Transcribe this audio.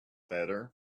better